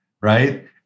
Right